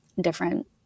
different